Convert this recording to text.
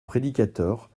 prédicateurs